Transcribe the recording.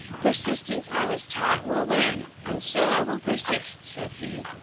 persistence, i was taught, will win, and so i will persist, said he.